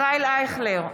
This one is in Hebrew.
ישראל אייכלר,